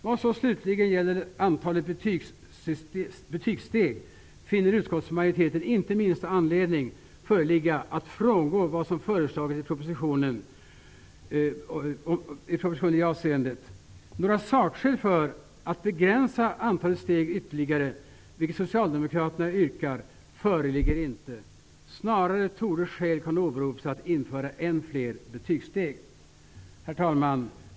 Vad slutligen gäller antalet betygssteg finner utskottsmajoriteten inte minsta anledning föreligga att frångå vad som föreslagits i propositionen. Några sakskäl för att begränsa antalet steg ytterligare, vilket Socialdemokraterna yrkar, föreligger inte. Snarare torde skäl kunna åberopas för att man skall införa ännu fler betygssteg. Herr talman!